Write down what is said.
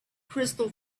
crystal